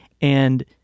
and-